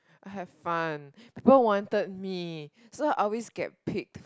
I have fun people wanted me so always get picked